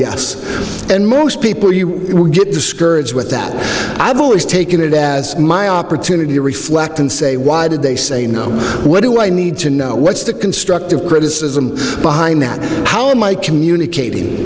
yes and most people you get discouraged with that i've always taken it as my opportunity to reflect and say why did they say no what do i need to know what's the constructive criticism behind that how am i communicating